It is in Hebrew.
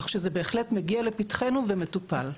כך שזה בהחלט מגיע לפתחנו ומטופל.